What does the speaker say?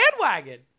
bandwagon